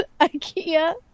IKEA